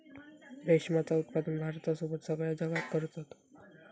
रेशमाचा उत्पादन भारतासोबत सगळ्या जगात करतत